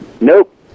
Nope